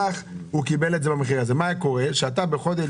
בחברי הכנסת,